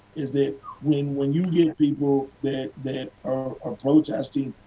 is that when when you get people, that that are protesting,